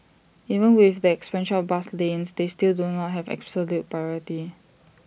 even with the expansion of bus lanes they still do not have absolute priority